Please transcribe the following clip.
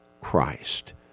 Christ